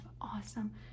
awesome